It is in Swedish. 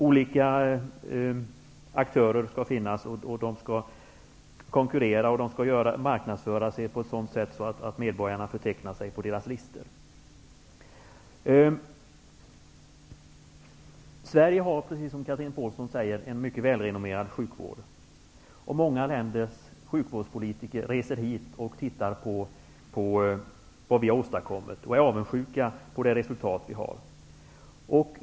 Olika aktörer skall finnas och de skall konkurrera och marknadsföra sig på ett sådant sätt att medborgarna tecknar sig på deras listor. Sverige har, precis som Chatrine Pålsson säger, en mycket välrenommerad sjukvård. Många länders sjukvårdspolitiker reser hit för att titta på vad vi har åstadkommit och är avundsjuka på det resultat vi har nått.